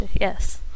Yes